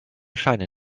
scheine